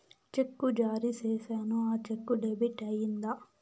చెక్కు జారీ సేసాను, ఆ చెక్కు డెబిట్ అయిందా